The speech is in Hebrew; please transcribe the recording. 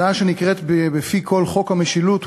הצעה שנקראת בפי כול חוק המשילות,